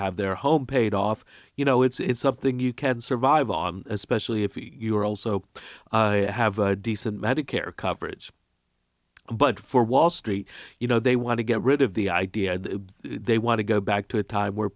have their home paid off you know it's something you can survive on especially if you're also i have a decent medicare coverage but for wall street you know they want to get rid of the idea that they want to go back to a time where